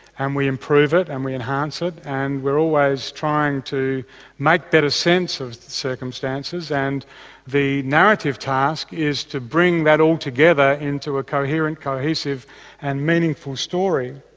and we improve it, and we enhance it and we are always trying to make better sense of circumstances and the narrative task is to bring that altogether into a coherent, cohesive and meaningful story.